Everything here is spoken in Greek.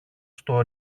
στο